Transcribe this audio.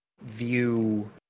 View